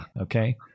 okay